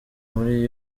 muri